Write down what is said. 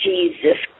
Jesus